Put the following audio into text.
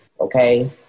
okay